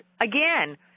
again